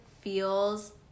feels